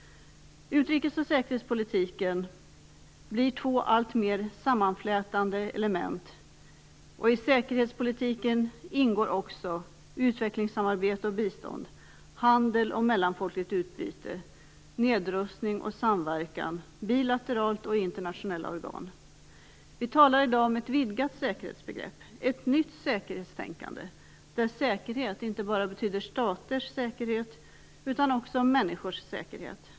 Utrikes och säkerhetspolitiken blir två alltmer sammanflätade element. I säkerhetspolitiken ingår också utvecklingssamarbete och bistånd, handel och mellanfolkligt utbyte samt nedrustning och samverkan, bilateralt och i internationella organ. Vi talar i dag om ett vidgat säkerhetsbegrepp, ett nytt säkerhetstänkande, där säkerhet inte bara betyder staters säkerhet utan också människors säkerhet.